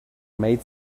made